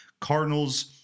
Cardinals